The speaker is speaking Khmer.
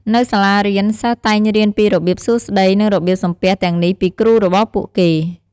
នៅសាលារៀន សិស្សតែងរៀនពីរបៀបសួស្ដី និងរបៀបសំពះទាំងនេះពីគ្រូរបស់ពួកគេ។